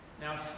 Now